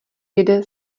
jede